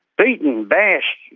beaten, bashed,